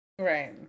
Right